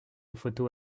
photo